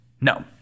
No